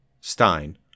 Stein